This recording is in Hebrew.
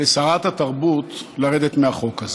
לשרת התרבות לרדת מהחוק הזה?